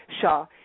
Shaw